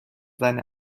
seine